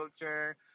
culture